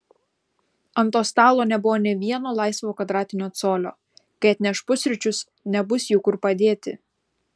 ant to stalo nebuvo nė vieno laisvo kvadratinio colio kai atneš pusryčius nebus jų kur padėti